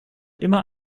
immer